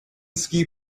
ski